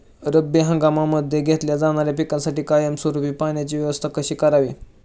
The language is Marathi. रब्बी हंगामामध्ये घेतल्या जाणाऱ्या पिकांसाठी कायमस्वरूपी पाण्याची व्यवस्था कशी करावी?